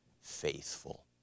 faithful